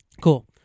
Cool